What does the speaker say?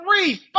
three